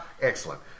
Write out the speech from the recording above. excellent